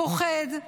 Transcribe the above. פוחד,